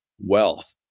wealth